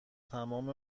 تمام